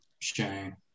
Shame